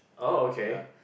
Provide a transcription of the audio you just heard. oh okay